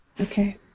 Okay